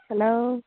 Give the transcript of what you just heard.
hello